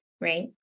right